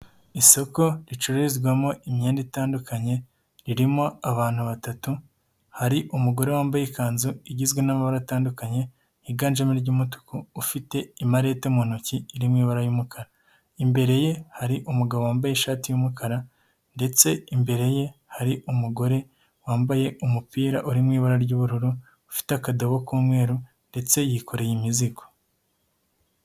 Isoko ricururizwamo imyenda itandukanye, ririmo abantu batatu hari umugore wambaye ikanzu igizwe n'amabara atandukanye yiganjemo iry'umutuku ufite imarete mu ntoki iri mu ibara y'umukara. Imbere ye hari umugabo wambaye ishati y'umukara ndetse imbere ye hari umugore wambaye umupira uri mu ibara ry'ubururu ufite akadobo k'umweru ndetse yikoreye imizigo.